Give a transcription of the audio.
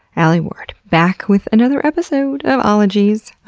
alie ward, back with another episode of ologies.